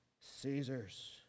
Caesar's